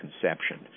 conception